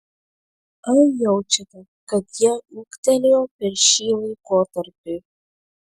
ar jaučiate kad jie ūgtelėjo per šį laikotarpį